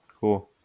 cool